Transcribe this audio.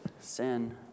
sin